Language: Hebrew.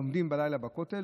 לומדים בלילה בכותל,